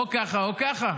או ככה או ככה.